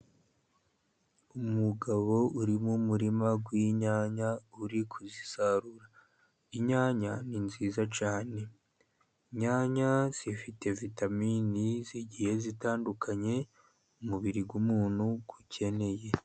Umugabo uri mu muririma winyanya uri kuzisarura. Inyanya ni nziza cyane, inyanya zifite vitamini zigihe zitandukanye, umubiri w'umuntu ukeneye.